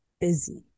busy